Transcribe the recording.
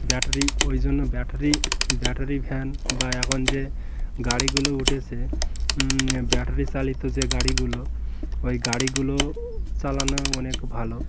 battery ওই জন্য battery battery van বা এখন যে গাড়িগুলো উঠেছে ব্যাটারি চালিত যে গাড়িগুলো ওই গাড়িগুলো চালানো অনেক ভালো